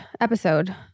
episode